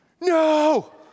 No